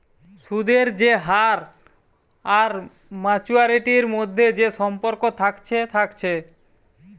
সুদের যে হার আর মাচুয়ারিটির মধ্যে যে সম্পর্ক থাকছে থাকছে